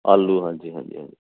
ਆਲੂ ਹਾਂਜੀ ਹਾਂਜੀ ਹਾਂਜੀ